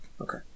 okay